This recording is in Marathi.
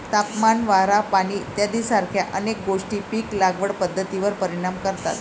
तापमान, वारा, पाणी इत्यादीसारख्या अनेक गोष्टी पीक लागवड पद्धतीवर परिणाम करतात